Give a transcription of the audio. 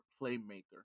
playmaker